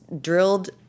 drilled